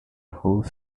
whole